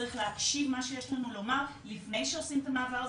צריך להקשיב מה שיש לנו לומר לפני שעושים את המעבר הזה,